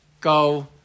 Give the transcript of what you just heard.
go